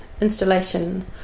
installation